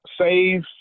Save